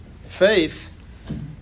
Faith